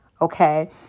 Okay